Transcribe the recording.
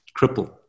cripple